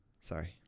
sorry